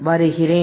வருகிறேன்